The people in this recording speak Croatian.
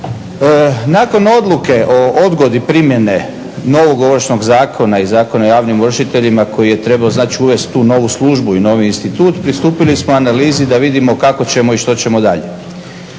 Nakon odluke o odgodi primjene novog Ovršnog zakona i Zakona o javnim ovršiteljima koji je trebao znači uvesti tu novu službu i novi institut pristupili smo analizi da vidimo kako ćemo i što ćemo dalje.